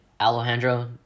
Alejandro